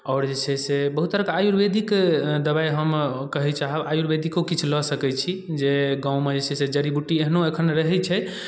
आओर जे छै से बहुत तरहके आयुर्वेदिक दबाइ हम कहै छै आयुर्वेदिको किछु लऽ सकै छी जे गाममे जे छै से जड़ी बूटी एहनो एखन रहै छै